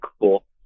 cool